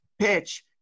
PITCH